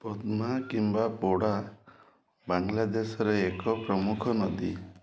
ପଦ୍ମା କିମ୍ବା ବୋଡ଼ା ବାଂଲାଦେଶର ଏକ ପ୍ରମୁଖ ନଦୀ